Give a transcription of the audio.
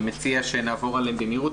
אני מציע שנעבור עליהן במהירות.